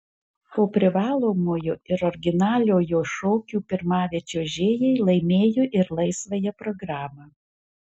po privalomojo ir originaliojo šokių pirmavę čiuožėjai laimėjo ir laisvąją programą